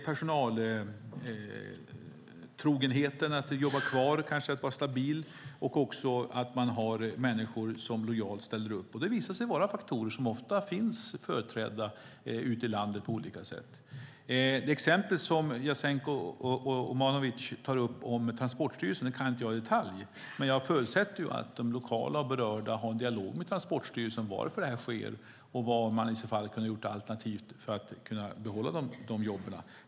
Det handlar också om personaltrogenheten och om att ha människor som lojalt ställer upp. Det visar sig vara faktorer som ofta finns ute i landet på olika sätt. Jasenko Omanovic tar upp Transportstyrelsen som exempel. Jag kan inte det i detalj, men jag förutsätter att de lokalt berörda har en dialog med Transportstyrelsen om varför detta sker och vad man hade kunnat göra för att behålla de jobben.